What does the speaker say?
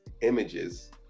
images